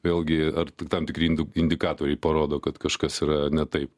vėlgi ar tik tam tikri ind indikatoriai parodo kad kažkas yra ne taip